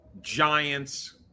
Giants